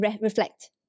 reflect